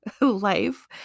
life